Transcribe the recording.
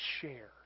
share